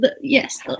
Yes